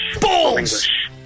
BALLS